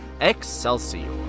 Excelsior